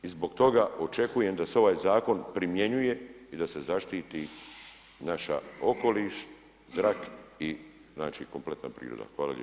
I zbog toga očekujem da se ovaj zakon primjenjuje i da se zaštiti naš okoliš, zrak i znači kompletna priroda.